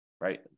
right